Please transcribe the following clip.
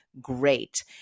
great